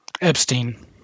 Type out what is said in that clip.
Epstein